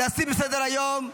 להסיר מסדר-היום?